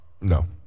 no